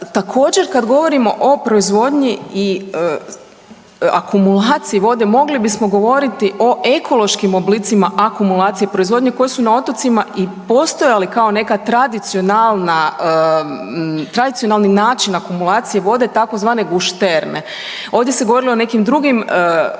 Također kad govorimo o proizvodnji i akumulaciji vode mogli bismo govoriti o ekološkim oblicima akumulacije proizvodnje koje su na otocima i postojale kao neka tradicionalna, tradicionalni način akumulacije vode tzv. gušterne. Ovdje se govorilo o nekim drugim